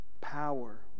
power